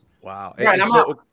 Wow